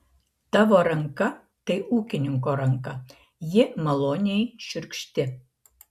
tavo ranka tai ūkininko ranka ji maloniai šiurkšti